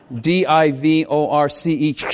D-I-V-O-R-C-E